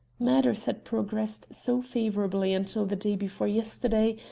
matters had progressed so favourably until the day before yesterday,